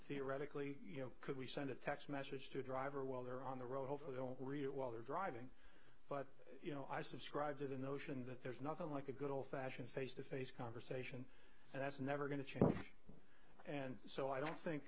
theoretically you know could we send a text message to a driver while they're on the road hopefully don't read it while they're driving but you know i subscribe to the notion that there's nothing like a good old fashioned face to face conversation that's never going to change and so i don't think